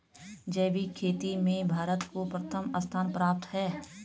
जैविक खेती में भारत को प्रथम स्थान प्राप्त है